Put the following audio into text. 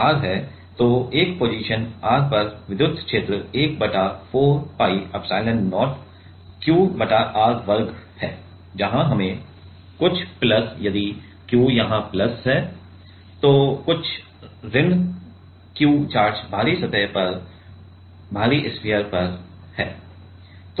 तो एक position r पर विद्युत क्षेत्र 1 बटा 4 pi एप्सिलॉन0 Q बटा r वर्ग है जहां हमें कुछ प्लस यदि Q यहां प्लस है तो कुछ ऋण Q चार्ज बाहरी सतह पर बाहरी स्फीयर पर है